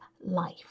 life